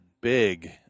big